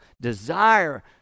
desire